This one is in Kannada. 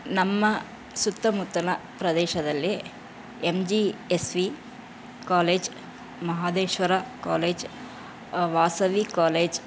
ನಮ್ಮ ಸುತ್ತಮುತ್ತಲ ಪ್ರದೇಶದಲ್ಲಿ M G S V college Mahadeshwara college Vasavi college